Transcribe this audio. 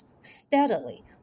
steadily